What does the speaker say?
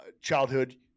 childhood